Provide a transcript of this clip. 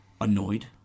annoyed